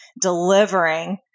delivering